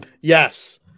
Yes